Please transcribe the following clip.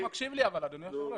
אתה לא מקשיב לי אדוני היושב ראש.